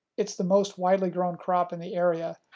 it's the most widely grown crop in the area,